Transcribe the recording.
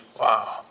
Wow